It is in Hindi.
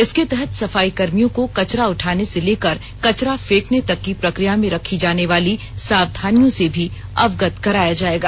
इसके तहत सफाईकर्भियों को कचरा उठाने से लेकर कचरा फेंकने तक की प्रक्रिया में रखी जानेवाली सावधानियों से भी अवगत कराया जाएगा